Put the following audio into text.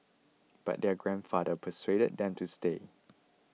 but their grandfather persuaded them to stay